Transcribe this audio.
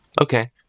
Okay